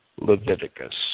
Leviticus